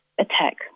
attack